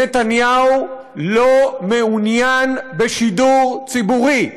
נתניהו לא מעוניין בשידור ציבורי.